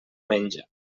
menja